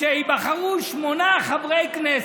שייבחרו שמונה חברי כנסת.